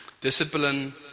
discipline